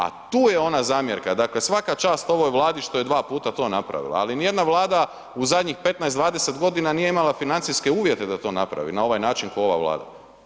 A tu je ona zamjerka, dakle svaka čast ovoj Vladi što je 2 puta to napravila, ali ni jedna Vlada u zadnjih 15, 20 godina nije imala financijske uvjete da to napravi na ovaj način ko ova Vlada.